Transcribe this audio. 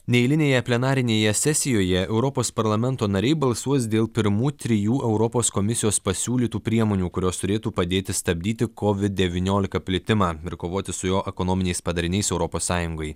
neeilinėje plenarinėje sesijoje europos parlamento nariai balsuos dėl pirmų trijų europos komisijos pasiūlytų priemonių kurios turėtų padėti stabdyti kovid devyniolika plitimą ir kovoti su jo ekonominiais padariniais europos sąjungoj